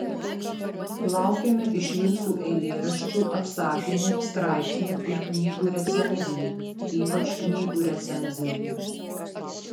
laukiame iš jūsų eilėraščių apsakymų straipsnių ir knygų recenzijų ypač knygų recenzijų